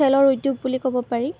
তেলৰ উদ্যোগ বুলি ক'ব পাৰি